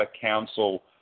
Council